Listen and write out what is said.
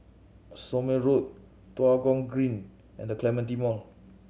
Somme Road Tua Kong Green and The Clementi Mall